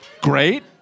great